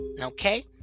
Okay